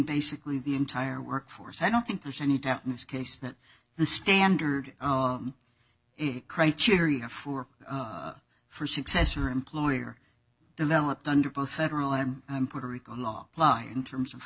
basically the entire workforce i don't think there's any doubt in this case that the standard is a criteria for for success or employer developed under both federal and puerto rico law law in terms of